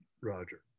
Roger